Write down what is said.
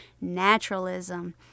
naturalism